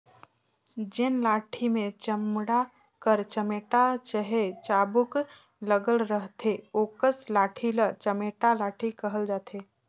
जेन लाठी मे चमड़ा कर चमेटा चहे चाबूक लगल रहथे ओकस लाठी ल चमेटा लाठी कहल जाथे